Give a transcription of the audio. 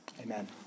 Amen